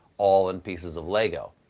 all in pieces of lego.